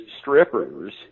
strippers